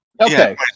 okay